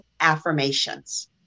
affirmations